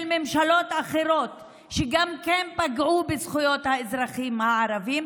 של ממשלות אחרות שגם הן פגעו בזכויות האזרחים הערבים,